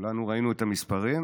כולנו ראינו את המספרים.